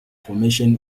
formation